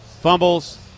fumbles